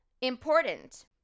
Important